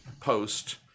post